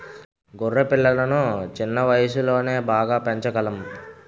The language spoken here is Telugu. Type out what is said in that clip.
గొర్రె పిల్లలను చిన్న వయసులోనే బాగా పెంచగలం